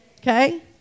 okay